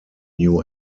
new